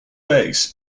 base